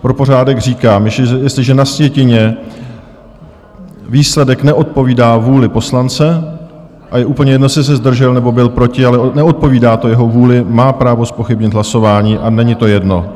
Pro pořádek říkám jestliže na sjetině výsledek neodpovídá vůli poslance a je úplně jedno, jestli se zdržel nebo byl proti, ale neodpovídá to jeho vůli má právo zpochybnit hlasování, a není to jedno.